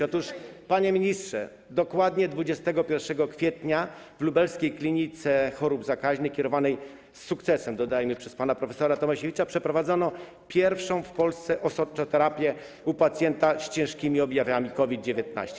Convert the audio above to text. Otóż, panie ministrze, dokładnie 21 kwietnia w lubelskiej Klinice Chorób Zakaźnych kierowanej - z sukcesem, dodajmy - przez pana prof. Tomasiewicza przeprowadzono pierwszą w Polsce osoczoterapię u pacjenta z ciężkimi objawami COVID-19.